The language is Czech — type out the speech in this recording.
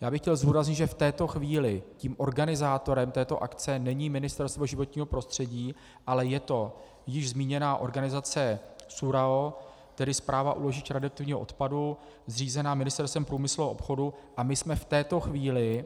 Já bych chtěl zdůraznit, že v této chvíli organizátorem této akce není Ministerstvo životního prostředí, ale je to již zmíněná organizace SÚRAO, tedy Správa úložišť radioaktivního odpadu, zřízená Ministerstvem průmyslu a obchodu, a my jsme v této chvíli